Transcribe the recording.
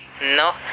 No